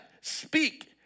speak